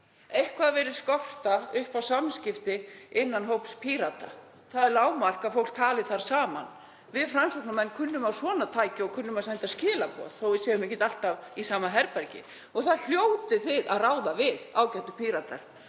Eitthvað virðist skorta á samskipti innan hóps Pírata. Það er lágmark að fólk tali þar saman. Við Framsóknarmenn kunnum á svona tæki og kunnum að senda skilaboð þó að við séum ekki alltaf í sama herbergi og það hljótið þið að ráða við, ágætu Píratar.